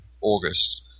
August